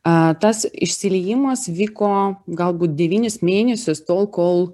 a tas išsiliejimas vyko galbūt devynis mėnesius tol kol